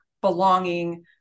belonging